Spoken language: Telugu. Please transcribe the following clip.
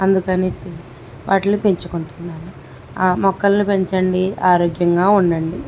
అందుకనేసి వాట్లిల్ని పెంచుకుంటున్నాను మొక్కల్ని పెంచండి ఆరోగ్యంగా ఉండండి